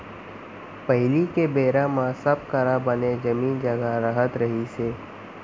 पहिली के बेरा म सब करा बने जमीन जघा रहत रहिस हे